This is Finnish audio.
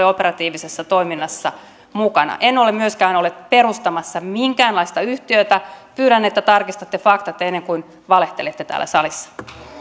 operatiivisessa toiminnassa mukana en ole myöskään ollut perustamassa minkäänlaista yhtiötä pyydän että tarkistatte faktat ennen kuin valehtelette täällä salissa